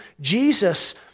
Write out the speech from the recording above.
Jesus